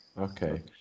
okay